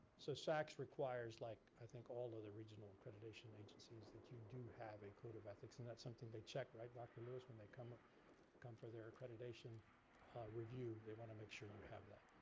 so saccs requires, like i think all of the regional accreditation agencies that you do have a code of ethics. and that's something they check, right dr. lewis? when they come come for their accreditation review, they wanna make sure you have that.